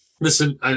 Listen